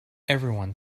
everyone